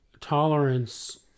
tolerance